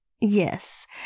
Yes